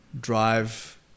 drive